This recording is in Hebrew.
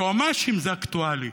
יועמ"שים זה אקטואלי.